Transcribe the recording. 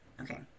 Okay